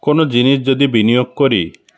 কোনো জিনিস যদি বিনিয়োগ করি